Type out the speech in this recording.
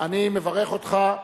אני מברך אותך.